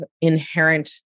inherent